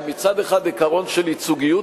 מצד אחד על עיקרון של ייצוגיות,